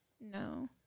No